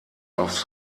aufs